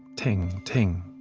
ting, ting